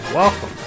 Welcome